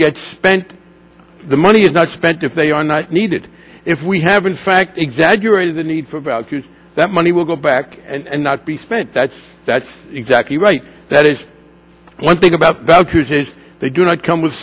get spent the money is not spent if they are not needed if we have in fact exaggerated the need for value that money will go back and not be spent that's that's exactly right that is one thing about bankers is they do not come with